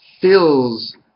fills